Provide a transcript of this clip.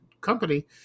company